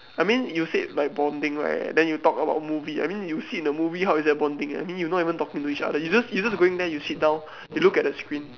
I mean you said like bonding right then you talk about movie I mean you sit in the movie how is that bonding I mean you not even talking to each other you just you just going there you sit down you just look at the screen